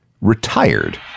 retired